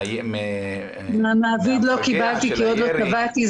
מן המעביד לא קיבלתי כי עוד לא תבעתי.